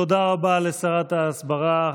תודה רבה לשרת ההסברה,